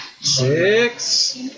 Six